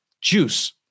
Juice